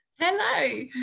hello